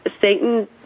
Satan